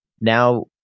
now